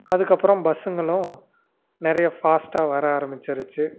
அதுக்கப்பறோம் பஸ்ஸுங்களும் நிறைய ஃபாஸ்ட்டாக வர ஆரம்பிச்சுருச்சு